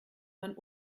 man